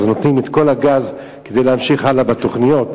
אז נותנים את כל הגז כדי להמשיך הלאה בתוכניות.